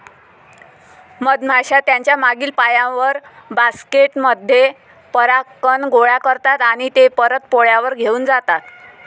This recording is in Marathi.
मधमाश्या त्यांच्या मागील पायांवर, बास्केट मध्ये परागकण गोळा करतात आणि ते परत पोळ्यावर घेऊन जातात